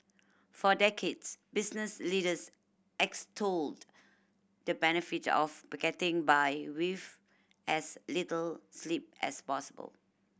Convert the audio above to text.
for decades business leaders extolled the benefits of the getting by with as little sleep as possible